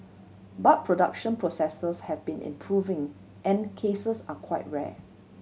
but production processes have been improving and cases are quite rare